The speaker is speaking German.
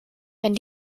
wenn